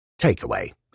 Takeaway